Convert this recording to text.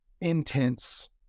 intense